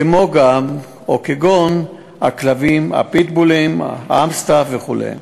כגון הכלבים פיטבול, אמסטף וכו'.